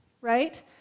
right